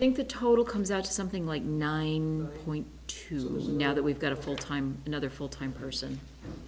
the total comes out something like nine point two that we've got a full time another full time person